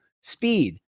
speed